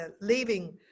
leaving